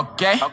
Okay